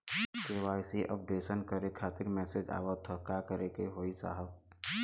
KYC updation करें खातिर message आवत ह का करे के होई साहब?